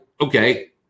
okay